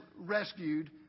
rescued